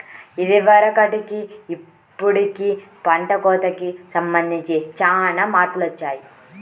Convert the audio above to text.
ఇదివరకటికి ఇప్పుడుకి పంట కోతకి సంబంధించి చానా మార్పులొచ్చాయ్